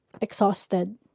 exhausted